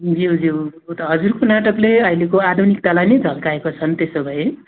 ज्यू ज्यू ऊ त्यो हजुरको नाटकले अहिलेको आधुनिकतालाई नै झल्काएका छन् त्यसो भए